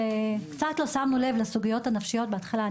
בבקשה.